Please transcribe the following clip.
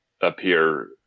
appear